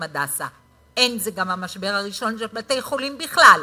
"הדסה"; זה גם לא המשבר הראשון של בתי-חולים בכלל,